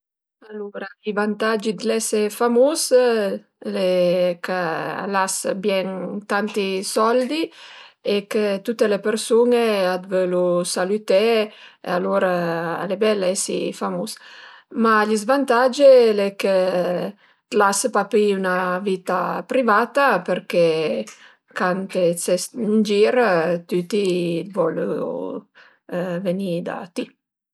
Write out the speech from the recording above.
Alura i vantagi d'ese famus l'e chë l'as bien tanti soldi e chë tüte le persun-e a të völu salüté, alura al e bel esi famus, ma gli svantage l'e chë t'las papì üna vita privata përché cant s'es ën gir tüti volu venì da ti